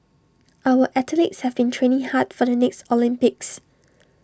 our athletes have been training hard for the next Olympics